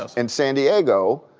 ah in san diego,